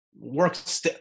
works